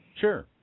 Sure